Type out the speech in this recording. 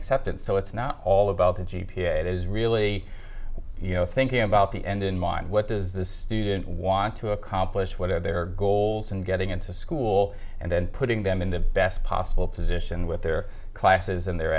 accepted so it's not all about the g p a it is really you know thinking about the end in mind what does the student want to accomplish what are their goals and getting into school and then putting them in the best possible position with their classes and their